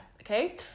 okay